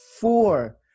four